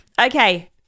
Okay